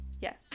yes